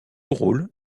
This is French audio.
rôle